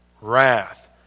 wrath